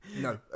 No